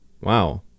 wow